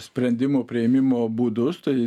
sprendimų priėmimo būdus tai